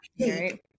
right